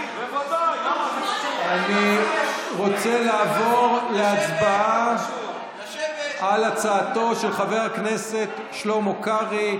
אני רוצה לעבור להצבעה על הצעתו של חבר הכנסת שלמה קרעי.